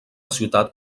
ciutat